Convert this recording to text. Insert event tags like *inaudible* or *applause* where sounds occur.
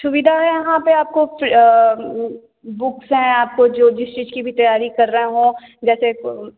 सुविधा है यहाँ पे आपको बुक्स हैं आपको जो जिस चीज की भी तैयारी कर रहे हो जैसे *unintelligible*